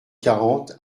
quarante